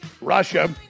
Russia